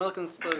אמריקן אקספרס,